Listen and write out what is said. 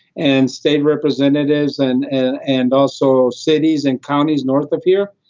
and state representatives and and and also cities and counties north of here,